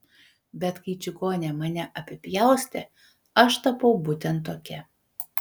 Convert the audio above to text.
bet kai čigonė mane apipjaustė aš tapau būtent tokia